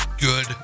good